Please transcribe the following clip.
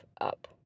up